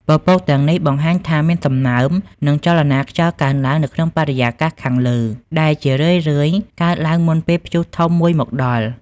ពពកទាំងនេះបង្ហាញថាមានសំណើម និងចលនាខ្យល់កើនឡើងនៅក្នុងបរិយាកាសខាងលើ ដែលជារឿយៗកើតឡើងមុនពេលព្យុះធំមួយមកដល់។